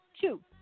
two